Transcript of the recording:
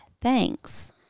thanks